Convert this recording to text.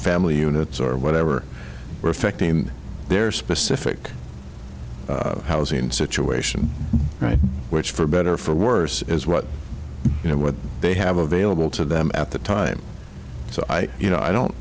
family units or whatever are affecting their specific housing situation right which for better or for worse is what you know what they have available to them at the time so i you know i don't